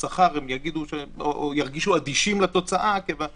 שם ברירת המחדל היא הפוכה לא יוסר העיקול אלא אם בית משפט מורה על כך.